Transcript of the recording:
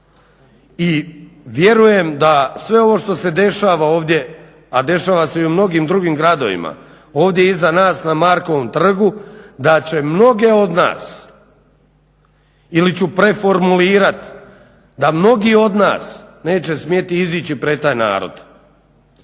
i vjerujem da sve ovo što se dešava ovdje, a dešava se i u mnogim drugim gradovima, ovdje iza nas na Markovom trgu da će mnoge od nas ili ću preformulirat, da mnogi od nas neće smjeti izići pred taj narod.